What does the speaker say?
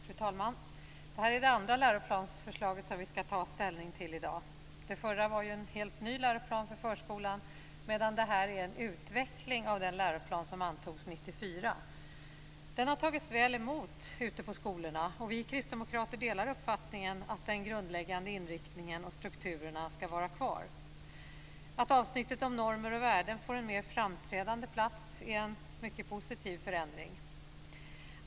Fru talman! Det här är det andra läroplansförslag som vi skall ta ställning till i dag. Det förra var en helt ny läroplan för förskolan, medan det här förslaget är en utveckling av den läroplan som antogs 1994. Denna har tagits väl emot ute i skolorna, och vi kristdemokrater delar uppfattningen att den grundläggande inriktningen och strukturen skall vara kvar. Att avsnittet om normer och värden får en mer framträdande plats är en mycket positiv förändring.